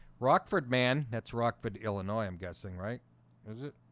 rockford man, that's rockford, illinois, i'm guessing right is it?